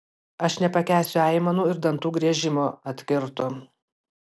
aš nepakęsiu aimanų ir dantų griežimo atkirto